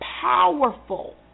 powerful